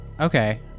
Okay